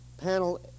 panel